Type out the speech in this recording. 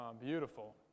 beautiful